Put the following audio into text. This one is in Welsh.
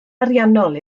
ariannol